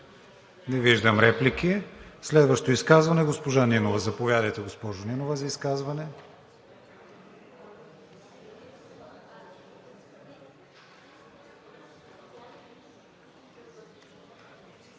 Не виждам. Следващо изказване – госпожа Нинова. Заповядайте, госпожо Нинова за изказване.